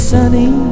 Sunny